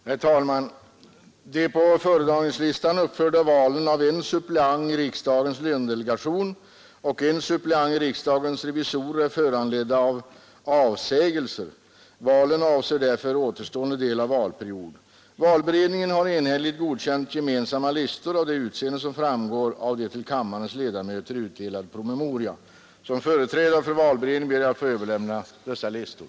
Herr talman! De på föredragningslistan uppförda valen av en suppleant i riksdagens lönedelegation och en suppleant i riksdagens revisorer är föranledda av avsägelser. Valen avser därför återstående del av valperiod. Valberedningen har enhälligt godkänt gemensamma listor av det utseende som framgår av till kammarens ledamöter utdelad promemoria. Såsom företrädare för valberedningen ber jag att få överlämna dessa listor.